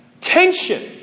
tension